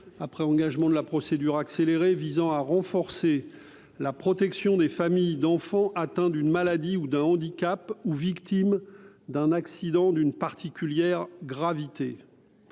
après engagement de la procédure accélérée, visant à renforcer la protection des familles d’enfants atteints d’une maladie ou d’un handicap ou victimes d’un accident d’une particulière gravité